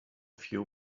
few